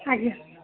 ଆଜ୍ଞା